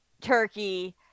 Turkey